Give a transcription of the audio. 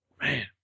Man